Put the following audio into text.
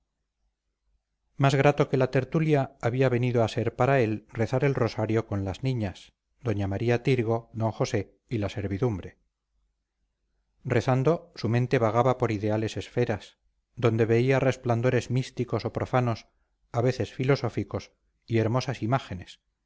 más grato que la tertulia había venido a ser para él rezar el rosario con las niñas doña maría tirgo d josé y la servidumbre rezando su mente vagaba por ideales esferas donde veía resplandores místicos o profanos a veces filosóficos y hermosas imágenes